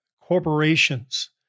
corporations